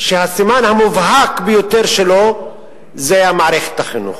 שהסימן המובהק ביותר שלו זה מערכת החינוך.